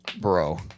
Bro